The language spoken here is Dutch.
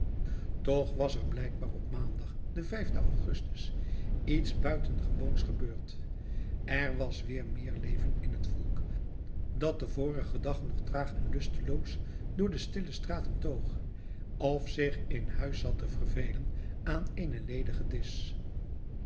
toch was er blijkbaar op maandag den vijfden augustus iets buitengewoons gebeurd er was weer meer leven in het volk dat den vorigen dag nog traag en lusteloos door de stille straten toog of zich in huis zat te vervelen aan eenen ledigen disch